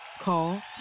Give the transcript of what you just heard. Call